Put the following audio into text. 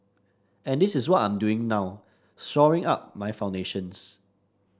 and this is what I'm doing now shoring up my foundations